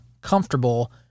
comfortable